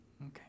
Okay